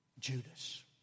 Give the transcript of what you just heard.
Judas